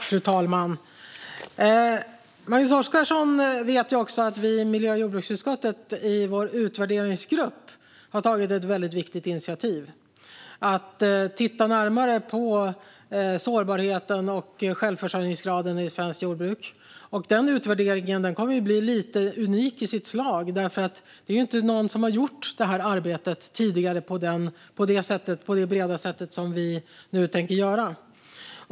Fru talman! Magnus Oscarsson vet att vi som sitter i miljö och jordbruksutskottets utvärderingsgrupp har tagit ett väldigt viktigt initiativ. Det handlar om att titta närmare på sårbarheten och självförsörjningsgraden i svenskt jordbruk. Denna utvärdering kommer att bli unik i sitt slag. Ingen har tidigare gjort detta arbete på det breda sätt som vi nu tänker göra.